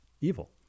evil